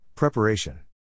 Preparation